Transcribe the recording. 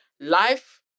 life